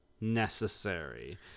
necessary